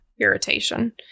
irritation